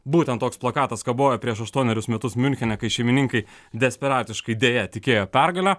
būtent toks plakatas kabojo prieš aštuonerius metus miunchene kai šeimininkai desperatiškai deja tikėjo pergale